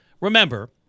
Remember